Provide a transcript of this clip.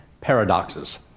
paradoxes